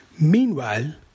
Meanwhile